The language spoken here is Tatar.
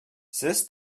сез